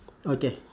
okay